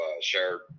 shared